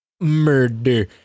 Murder